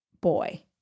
boy